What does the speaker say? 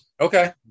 Okay